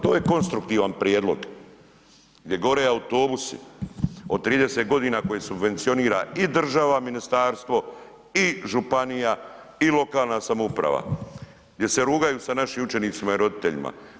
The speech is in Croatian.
To je konstruktivan prijedlog, gdje gore autobusi, od 30 godina koje subvencionira i država, ministarstvo i županija i lokalna samouprava, gdje se rugaju sa našim učenicima i roditeljima.